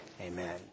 Amen